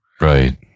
Right